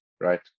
right